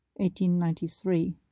1893